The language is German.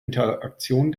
interaktion